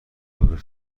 بزرگ